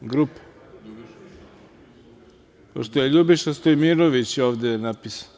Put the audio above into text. grupe pošto je Ljubiša Stojmirović ovde napisan?